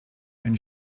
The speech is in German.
ein